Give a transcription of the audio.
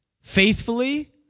faithfully